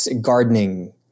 gardening